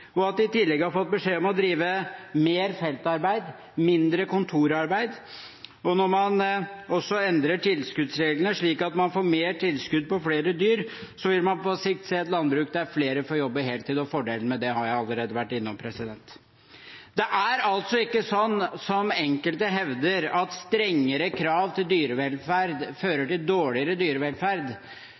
og at de i tillegg har fått beskjed om å drive med mer feltarbeid og mindre kontorarbeid. Når man også endrer tilskuddsreglene, slik at man får mer tilskudd jo flere dyr, vil man på sikt se et landbruk der flere får jobbe heltid. Fordelen med det har jeg allerede vært innom. Det er ikke slik som enkelte hevder, at strengere krav til dyrevelferd fører til dårligere dyrevelferd.